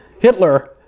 Hitler